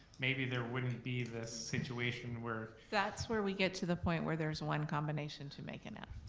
maybe there wouldn't be the situation where that's where we get to the point where there's one combination to make an f.